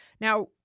now